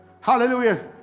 hallelujah